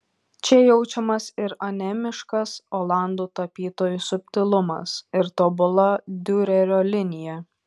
čia jaučiamas ir anemiškas olandų tapytojų subtilumas ir tobula diurerio linija